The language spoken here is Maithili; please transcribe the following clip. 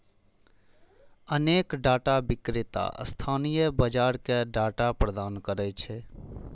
अनेक डाटा विक्रेता स्थानीय बाजार कें डाटा प्रदान करै छै